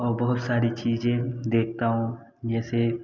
और बहुत सारी चीज़ें देखता हूँ जैसे